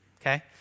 okay